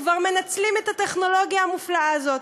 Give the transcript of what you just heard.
כבר מנצלים את הטכנולוגיה המופלאה הזאת.